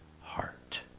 heart